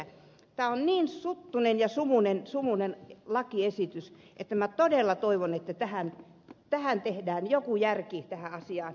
tämä on niin suttuinen ja sumuinen lakiesitys että minä todella toivon että tehdään joku järki tähän asiaan